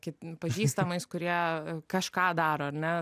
kit pažįstamais kurie kažką daro ar ne